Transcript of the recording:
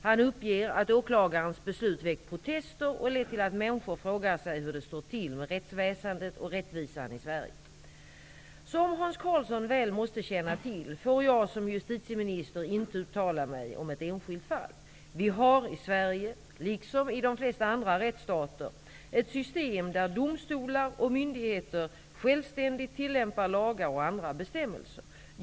Han uppger att åklagarens beslut väckt protester och lett till att människor frågar sig hur det står till med rättsväsendet och rättvisan i Som Hans Karlsson väl måste känna till får jag som justitieminister inte uttala mig om ett enskilt fall. Vi har i Sverige, liksom i de flesta andra rättsstater, ett system där domstolar och myndigheter självständigt tillämpar lagar och andra bestämmelser.